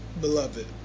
beloved